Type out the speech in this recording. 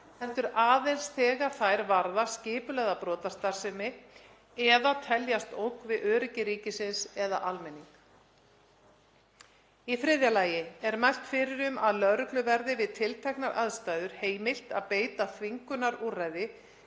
heldur aðeins þegar þær varða skipulagða brotastarfsemi eða teljast ógn við öryggi ríkisins eða almennings. Í þriðja lagi er mælt fyrir um að lögreglu verði við tilteknar aðstæður heimilt að beita þvingunarúrræði